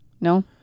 No